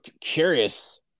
curious